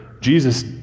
Jesus